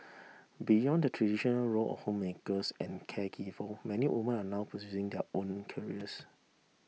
beyond the traditional role of homemakers and caregiver many women are now pursuing their own careers